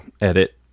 edit